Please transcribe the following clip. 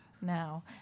now